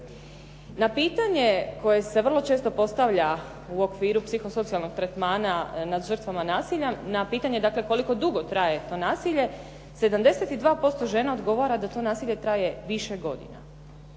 Na pitanje koje se vrlo često postavlja u okviru psiho socijalnog tretmana nad žrtvama nasilja, na pitanje koliko dugo traje to nasilje, 72% žena odgovara da to nasilje traje više godina.